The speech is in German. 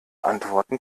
antworten